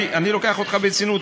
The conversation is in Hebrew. אני לוקח אותך ברצינות,